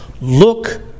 look